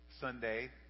Sunday